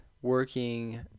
working